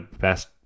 best